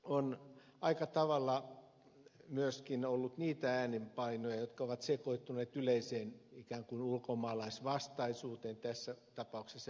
on aika tavalla ollut äänenpainoja jotka ovat liittyneet ikään kuin yleiseen ulkomaalaisvastaisuuteen tässä tapauksessa venäläisvastaisuuteen